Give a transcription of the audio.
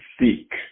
seek